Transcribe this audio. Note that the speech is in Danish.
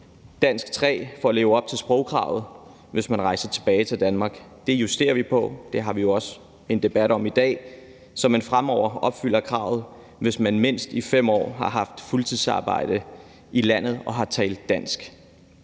danskprøve 3 for at leve op til sprogkravet, hvis man rejser tilbage til Danmark. Det justerer vi på – og det har vi også en debat om i dag – så man fremover opfylder kravet, hvis man mindst i 5 år har haft fuldtidsarbejde i landet og har talt dansk.